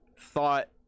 thought